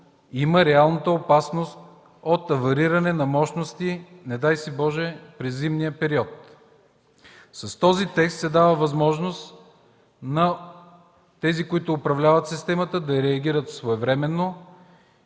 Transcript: има реална опасност от авариране на мощности, не дай си Боже, през зимния период. С този текст се дава възможност на тези, които управляват системата да реагират своевременно